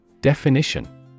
Definition